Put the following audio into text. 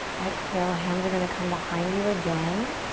exhale, hands are gonna come behind you again.